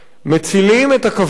מצילים את הכבוד